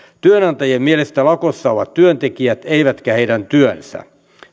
työnantajien mielestä lakossa ovat työntekijät eivätkä heidän työnsä